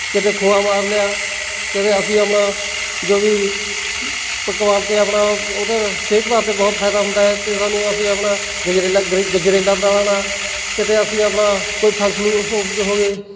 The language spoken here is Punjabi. ਕਦੇ ਖੋਆ ਮਾਰ ਲਿਆ ਕਦੇ ਅਸੀਂ ਆਪਣਾ ਜੋ ਵੀ ਪਕਵਾਨ ਅਤੇ ਆਪਣਾ ਉਹਦਾ ਸਿਹਤ ਵਾਸਤੇ ਬਹੁਤ ਫਾਇਦਾ ਹੁੰਦਾ ਹੈ ਅਤੇ ਸਾਨੂੰ ਅਸੀਂ ਆਪਣਾ ਗਜਰੇਲਾ ਗਰ ਗਜਰੇਲਾ ਬਣਾਉਣਾ ਕਦੇ ਅਸੀਂ ਆਪਣਾ ਕੋਈ ਫਲ ਫਲੂ ਹੋ ਗਏ